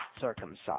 circumcised